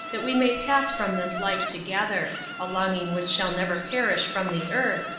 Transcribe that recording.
that we may pass from this life together a longing which shall never perish from the earth,